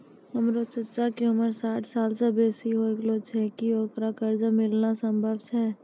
हमरो चच्चा के उमर साठ सालो से बेसी होय गेलो छै, कि ओकरा कर्जा मिलनाय सम्भव छै?